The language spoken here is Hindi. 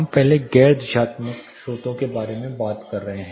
हम पहले गैर दिशात्मक स्रोतों के बारे में बात कर रहे हैं